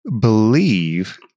believe